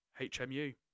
HMU